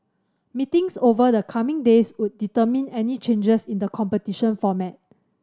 meetings over the coming days would determine any changes in the competition format